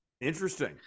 Interesting